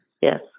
yes